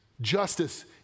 justice